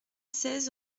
seize